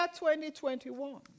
2021